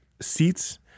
seats